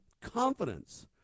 confidence